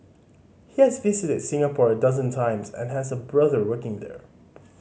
he has visited Singapore a dozen times and has a brother working there